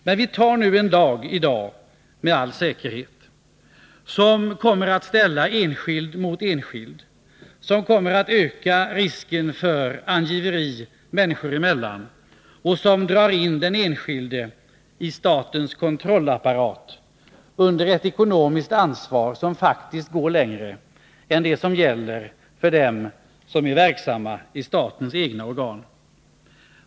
Men vi antar med all sannolikhet i dag en lag som kommer att ställa enskild mot enskild, som kommer att öka risken för angiveri människor emellan och som drar in enskilda människor i statens kontrollapparat under ett ekonomiskt ansvar som faktiskt går längre än det som gäller för dem som är verksamma i statens egna organ.